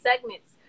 segments